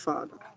Father